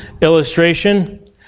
illustration